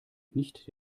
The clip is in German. nicht